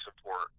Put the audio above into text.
support